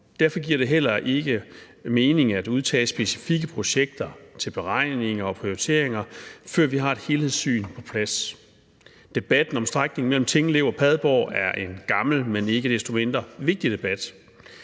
Derfor giver det heller ikke mening at udtage specifikke projekter til beregninger og prioriteringer, før vi har et helhedssyn på plads. Debatten om strækningen mellem Tinglev og Padborg er en gammel, men ikke desto mindre vigtig debat.